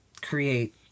create